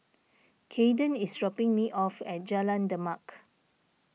Cayden is dropping me off at Jalan Demak